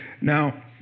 Now